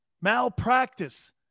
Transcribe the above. Malpractice